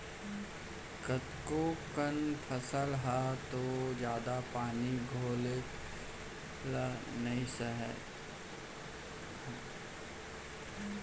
कतको कन फसल ह तो जादा पानी घलौ ल नइ सहय